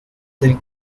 del